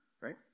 right